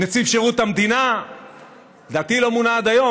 נציב שירות המדינה לדעתי לא מונה עד היום,